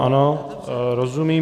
Ano, rozumím.